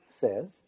says